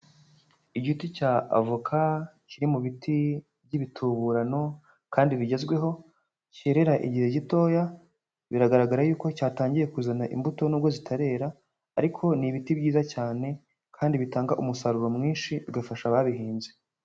Igiti cya avoka kiri mu biti by'ibituburano kandi bigezweho, cyerera igihe gitoya, biragaragara yuko cyatangiye kuzana imbuto, nubwo zitarera, ariko ni ibiti byiza cyane, kandi bitanga umusaruro mwinshi, bigafasha ababihinze.